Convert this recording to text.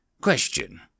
Question